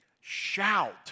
Shout